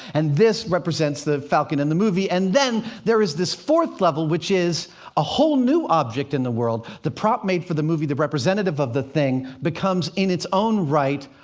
and this represents the falcon in the movie. and then there is this fourth level, which is a whole new object in the world the prop made for the movie, the representative of the thing, becomes, in its own right,